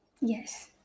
Yes